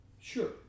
Sure